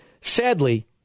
sadly